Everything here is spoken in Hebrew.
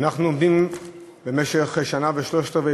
אנחנו עומדים במשך שנה ושלושת-רבעי